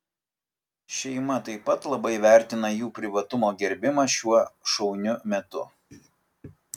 šeima taip pat labai vertina jų privatumo gerbimą šiuo šauniu metu